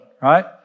right